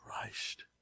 Christ